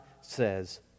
says